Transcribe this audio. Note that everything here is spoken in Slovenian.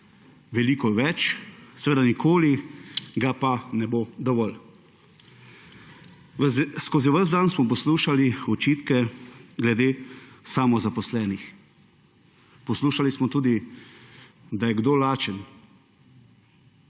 veliko več. Seveda ga pa nikoli ne bo dovolj. Skozi ves dan smo poslušali očitke glede samozaposlenih. Poslušali smo tudi, da je kdo lačen.